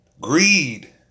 Greed